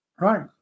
Right